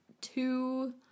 two